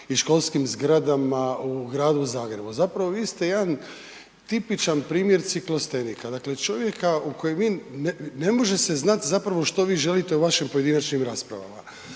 i školskim zgradama u gradu Zagrebu. Zapravo vi ste jedan tipičan primjer ciklostenika, dakle čovjeka ne može se zapravo znati što vi želite u vašim pojedinačnim raspravama.